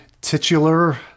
titular